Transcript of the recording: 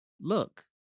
Look